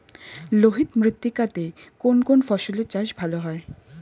লোহিত মৃত্তিকা তে কোন কোন ফসলের চাষ ভালো হয়?